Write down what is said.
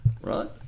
right